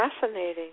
fascinating